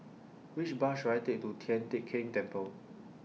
Which Bus should I Take to Tian Teck Keng Temple